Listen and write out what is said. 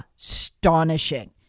astonishing